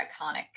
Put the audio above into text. iconic